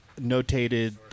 notated